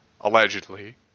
allegedly